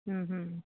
ହୁଁ ହୁଁ